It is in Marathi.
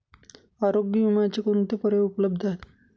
आरोग्य विम्याचे कोणते पर्याय उपलब्ध आहेत?